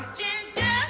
ginger